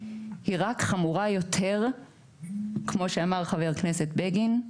היא רק חמורה יותר כמו שאמר חה"כ בגין,